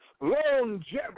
Longevity